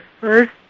first